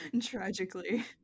Tragically